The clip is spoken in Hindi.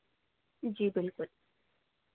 जी बिल्कुल